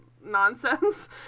nonsense